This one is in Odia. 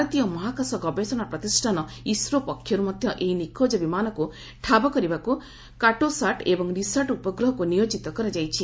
ଭାରତୀୟ ମହାକାଶ ଗବେଷଣା ପ୍ରତିଷ୍ଠାନ ଇସ୍ରୋ ପକ୍ଷରୁ ମଧ୍ୟ ଏହି ନିଖୋଜ ବିମାନକୁ ଠାବ କରିବାକୁ କାଟୋସାର୍ଟ ଏବଂ ରିସାର୍ଟ ଉପଗ୍ରହକୁ ନିୟୋଜିତ କରାଯାଇଛି